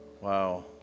Wow